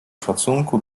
szacunku